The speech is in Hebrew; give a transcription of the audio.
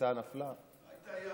הצעת החוק שלך, אכן כן,